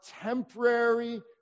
temporary